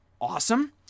awesome